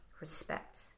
respect